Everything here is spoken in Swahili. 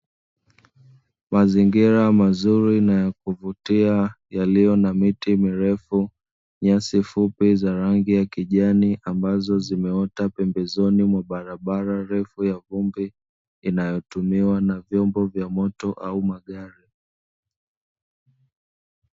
Mazingira mazuri na ya kuvutia yaliyo na miti mirefu, nyasi fupi za rangi ya kijani ambazo zimeota pembezoni mwa barabara ndefu ya vumbi, ambayo inatumiwa na vyombo vya moto au magari.